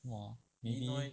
!wah! maybe